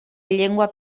llengua